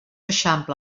eixampla